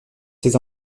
ses